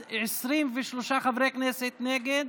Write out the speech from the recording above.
ואת הצעת חוק למניעת אלימות במשפחה (תיקון,